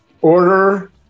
order